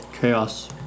Chaos